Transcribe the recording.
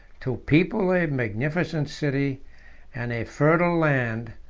to people a magnificent city and a fertile land,